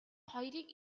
хоёрыг